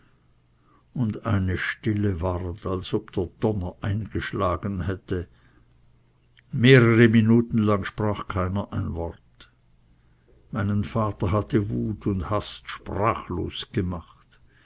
und eine stille ward als ob der donner eingeschlagen hätte mehrere minuten lang sprach niemand ein wort meinen vater hatte wut und hast sprachlos gemacht